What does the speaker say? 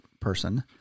person